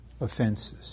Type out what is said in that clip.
offenses